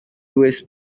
west